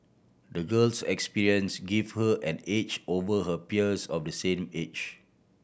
the girl's experience gave her an edge over her peers of the same age